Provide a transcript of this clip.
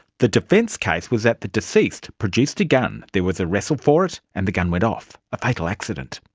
the defence case was that the deceased produced a gun, there was a wrestle for it and the gun went off a fatal accident.